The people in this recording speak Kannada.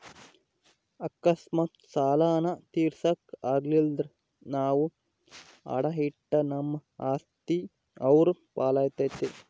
ಅಕಸ್ಮಾತ್ ಸಾಲಾನ ತೀರ್ಸಾಕ ಆಗಲಿಲ್ದ್ರ ನಾವು ಅಡಾ ಇಟ್ಟ ನಮ್ ಆಸ್ತಿ ಅವ್ರ್ ಪಾಲಾತತೆ